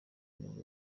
nibwo